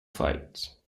fight